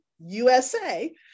USA